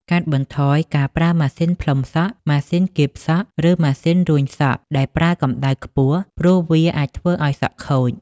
កាត់បន្ថយការប្រើម៉ាស៊ីនផ្លុំសក់ ម៉ាស៊ីនគៀបសក់ ឬម៉ាស៊ីនរួញសក់ដែលប្រើកម្ដៅខ្ពស់ ព្រោះវាអាចធ្វើឱ្យសក់ខូច ។